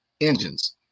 engines